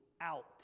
out